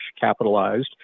capitalized